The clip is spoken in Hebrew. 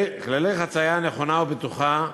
כללי חציה נכונה ובטוחה,